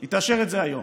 היא תאשר את זה היום,